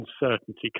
uncertainty